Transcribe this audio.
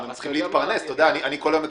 הם צריכים להתפרנס איכשהו...